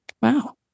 Wow